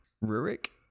Rurik